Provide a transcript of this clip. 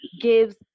gives